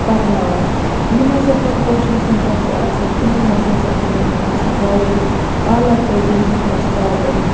پَرناوان یِم ہَسا تِم کوچِنٛگ سیٚنٹَر چھِ آسان تِمَن مَنٛز ہَسا چھِ یِمَن آسان واریاہ اعلیٰ تعلیٖم ہٕنٛد استاد